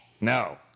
No